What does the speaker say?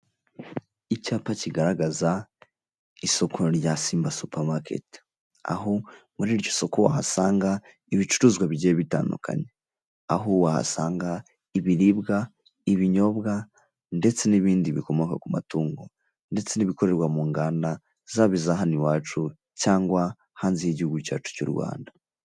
Icyapa kigaragaza isoko rya Simba supermarket, aho muri iryo soko uhasanga ibicuruzwa bigiye bitandukanye. Aho wahasanga ibiribwa, ibinyobwa ndetse n'ibindi bikomoka ku matungo ndetse n'ibikorerwa mu nganda, zaba iza hano iwacu cyangwa hanze y'igihugu cyacu cy'u Rwanda.